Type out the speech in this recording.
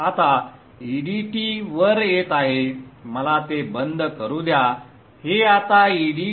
आता edt वर येत आहे मला ते बंद करू द्या हे आता edt